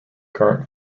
current